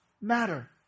matter